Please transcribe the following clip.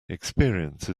experience